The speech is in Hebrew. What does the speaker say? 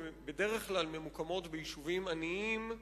שבדרך כלל ממוקמות ביישובים עניים,